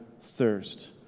thirst